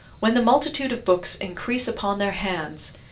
when the multitude of books increase upon their hands,